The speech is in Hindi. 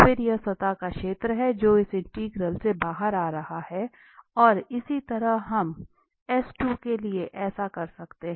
तो फिर यह सतह का क्षेत्र है जो इस इंटीग्रल से बाहर आ रहा है और इसी तरह हम के लिए ऐसा कर सकते हैं